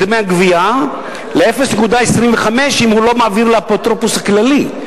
דמי הגבייה ל-0.25% אם לא מעבירים לאפוטרופוס הכללי.